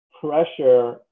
pressure